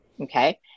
okay